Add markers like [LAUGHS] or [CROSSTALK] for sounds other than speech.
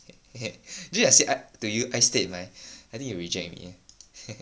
[LAUGHS] dude I say to you ai stead mai I think you'll reject me eh [LAUGHS]